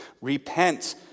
Repent